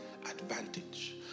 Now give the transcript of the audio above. advantage